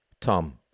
Tom